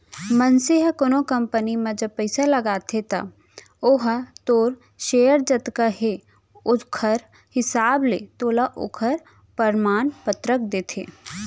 मनसे ह कोनो कंपनी म जब पइसा लगाथे त ओहा तोर सेयर जतका हे ओखर हिसाब ले तोला ओखर परमान पतरक देथे